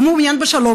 הוא מעוניין בשלום,